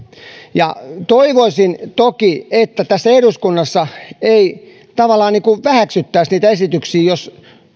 toivoisin toki että eduskunnassa ei tavallaan väheksyttäisi niitä esityksiä jos